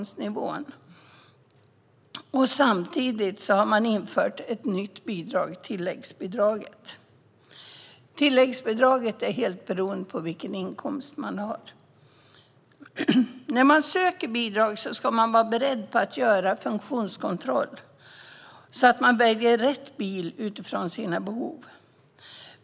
Samtidigt införs ett tilläggsbidrag som är ett nytt bidrag. Detta är beroende av vilken inkomst man har. När man söker bidrag ska man vara beredd att göra en funktionskontroll, så att man väljer rätt bil utifrån sina behov.